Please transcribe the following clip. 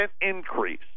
increase